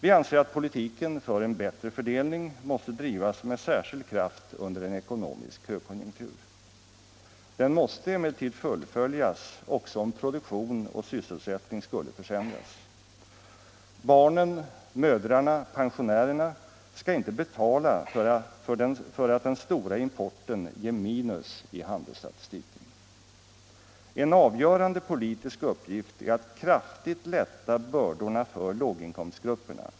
Vi anser att politiken för en bättre fördelning måste drivas med särskild kraft under en ekonomisk högkonjunktur. Den måste emellertid fullföljas också om produktion och sysselsättning skulle försämras. Barnen, mödrarna och pensionärerna skall inte betala för att den stora importen ger minus i handelsstatistiken. En avgörande politisk uppgift är att kraftigt lätta bördorna för låginkomstgrupperna.